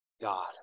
God